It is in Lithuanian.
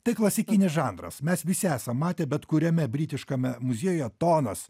tai klasikinis žanras mes visi esam matę bet kuriame britiškame muziejuje tonas